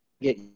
get